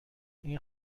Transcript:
این